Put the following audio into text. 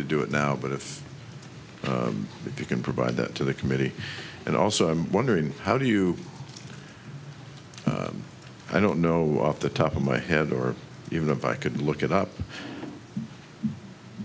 to do it now but if you can provide that to the committee and also i'm wondering how do you i don't know at the top of my head or even if i could look it up